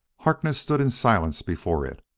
harkness stood in silence before it,